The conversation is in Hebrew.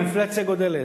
האינפלציה גדלה.